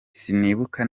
sinibuka